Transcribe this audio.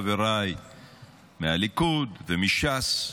חבריי מהליכוד ומש"ס,